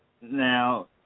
Now